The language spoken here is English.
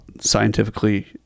scientifically